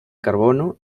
carbono